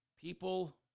People